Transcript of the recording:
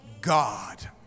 God